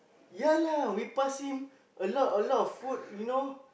ya lah we pass him a lot a lot of food you know